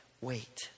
wait